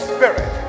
Spirit